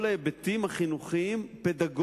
כל ההיבטים החינוכיים-פדגוגייים